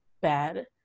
bad